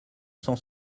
cent